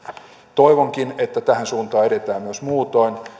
toivonkin että tähän suuntaan edetään myös muutoin